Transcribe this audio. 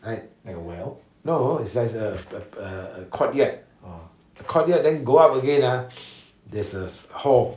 like no it's like a like a a courtyard a courtyard then go up again ah there's a hall